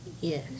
Yes